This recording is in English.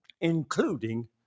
including